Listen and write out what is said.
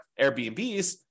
Airbnbs